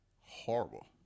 horrible